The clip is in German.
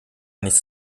nichts